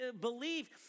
believe